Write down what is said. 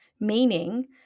meaning